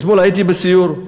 אתמול הייתי בסיור.